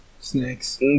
Snakes